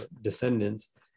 descendants